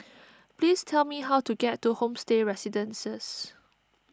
please tell me how to get to Homestay Residences